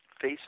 face